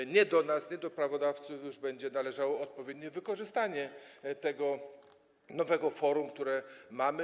Już nie do nas, nie do prawodawców będzie należało odpowiednie wykorzystanie tego nowego forum, które mamy.